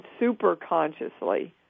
superconsciously